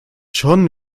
schon